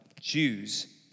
Jews